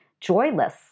joyless